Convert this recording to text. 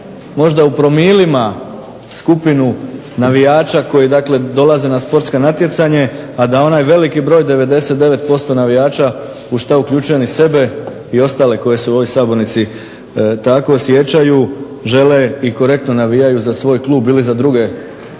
možda u promilima, skupinu navijača koji dakle dolaze na sportsko natjecanje, a da onaj veliki broj 99% navijača, u šta uključujem i sebe i ostale koji se u ovoj sabornici tako osjećaju, žele i korektno navijaju za svoj klub ili za druge klubove,